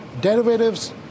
derivatives